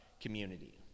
community